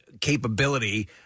capability